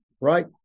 right